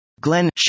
Glenn